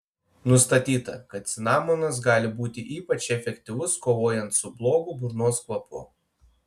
nustatyta kad cinamonas gali būti ypač efektyvus kovojant su blogu burnos kvapu